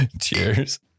Cheers